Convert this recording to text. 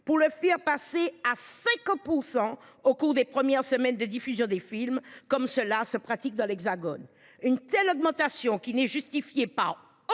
pour le faire passer à 50% au cours des premières semaines de diffusion des films comme cela se pratique dans l'Hexagone. Une telle augmentation qui n'est justifiée par